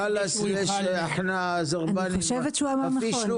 נושא שני הוא האוכלוסייה המבוגרת שאין לה נגישות